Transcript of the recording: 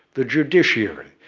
the judiciary,